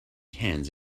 cans